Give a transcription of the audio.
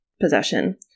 possession